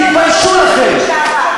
תתביישו לכם.